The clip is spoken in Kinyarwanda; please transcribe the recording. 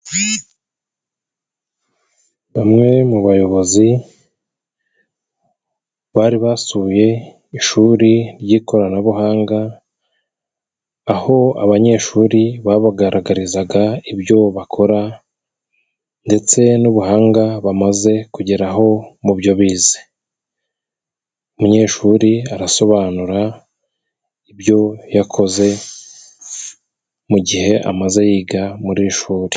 Bamwe mu bayobozi bari basuye ishuri ry'ikoranabuhanga, aho abanyeshuri babagaragarizaga ibyo bakora, ndetse n'ubuhanga bamaze kugeraho mu byo bize. Umunyeshuri arasobanura ibyo yakoze mu gihe amaze yiga mu iri shuri.